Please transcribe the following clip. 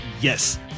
Yes